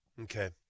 Okay